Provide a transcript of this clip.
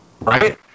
Right